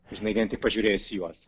žinai vien tik pažiūrėjus į juos